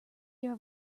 your